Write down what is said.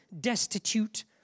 destitute